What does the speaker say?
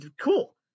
cool